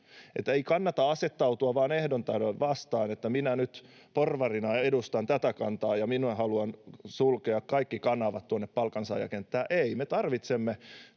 ei kannata asettautua vain ehdoin tahdoin vastaan, että ”minä nyt porvarina edustan tätä kantaa ja minä haluan sulkea kaikki kanavat tuonne palkansaajakenttään”. Ei, me tarvitsemme